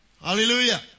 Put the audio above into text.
Hallelujah